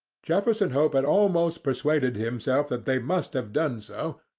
jefferson hope had almost persuaded himself that they must have done so,